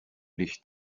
licht